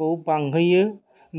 बांहोयो